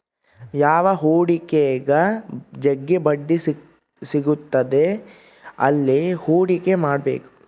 ಯಾವ ಹೂಡಿಕೆಗ ಜಗ್ಗಿ ಬಡ್ಡಿ ಸಿಗುತ್ತದೆ ಅಲ್ಲಿ ಹೂಡಿಕೆ ಮಾಡ್ಬೇಕು